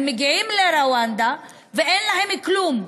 הם מגיעים לרואנדה ואין להם כלום.